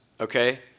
Okay